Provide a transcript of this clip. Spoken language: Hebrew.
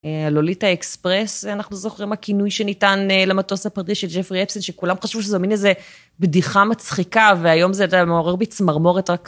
לוליטה אקספרס, אנחנו זוכרים הכינוי שניתן למטוס הפרטי של ג'פרי אפשטיין שכולם חשבו שזה מין איזה בדיחה מצחיקה והיום זה מעורר בי צמרמורת רק ככה.